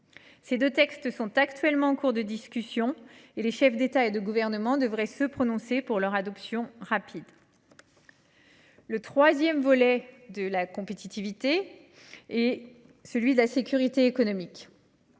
Les deux textes sont en cours de discussion. Les chefs d’État et de gouvernement devraient se prononcer pour leur adoption rapide. Le troisième volet de la compétitivité est la sécurité économique.